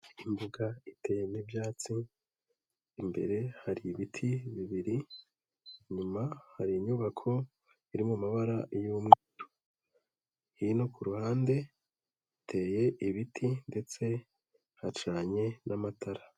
Imbuga iteyemo ibyatsi. Imbere hari ibiti bibiri. Inyuma hari inyubako iri mu mabara y'umweru. Hino kuruhande, hateye ibiti ndetse hacanye n'amatara.